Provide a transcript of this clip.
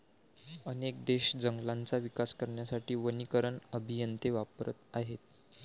अनेक देश जंगलांचा विकास करण्यासाठी वनीकरण अभियंते वापरत आहेत